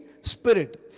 spirit